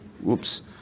Whoops